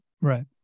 Right